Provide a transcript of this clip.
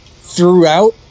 throughout